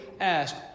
ask